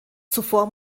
zuvor